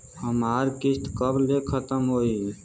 हमार किस्त कब ले खतम होई?